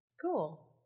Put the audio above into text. Cool